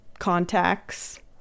contacts